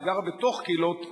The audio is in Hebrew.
היא גרה בתוך קהילות אחרות,